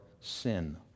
sin